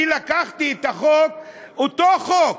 אני לקחתי את החוק, אותו חוק